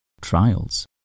Trials